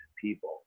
people